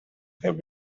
had